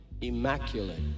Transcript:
immaculate